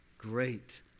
Great